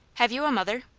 have you a mother?